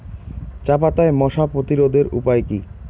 চাপাতায় মশা প্রতিরোধের উপায় কি?